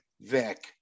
Vic